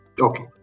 Okay